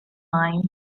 mind